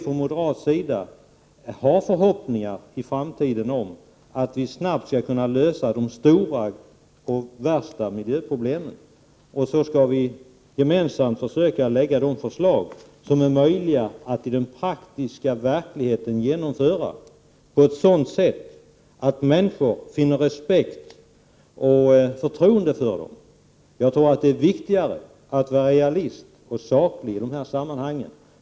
Från moderat sida hoppas vi att det skall vara möjligt att snart lösa de värsta miljöproblemen. Vi skall försöka att gemensamt lägga fram de förslag som är möjliga att genomföra i praktisk verklighet, så att människor får respekt och förtroende för förslagen. Jag tror att det är viktigast att vara realistisk och saklig i dessa sammanhang.